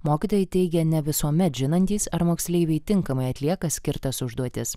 mokytojai teigia ne visuomet žinantys ar moksleiviai tinkamai atlieka skirtas užduotis